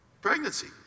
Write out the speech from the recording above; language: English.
pregnancy